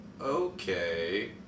Okay